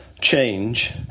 change